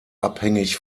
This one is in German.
abhängig